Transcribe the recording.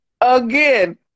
Again